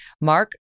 Mark